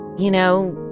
you know,